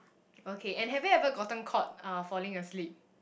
okay and have you ever gotten caught uh falling asleep